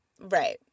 right